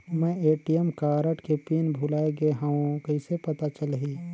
मैं ATM card के pin भुलाए गे हववं कइसे पता चलही?